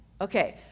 Okay